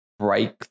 Break